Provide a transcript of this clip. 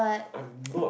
I'm not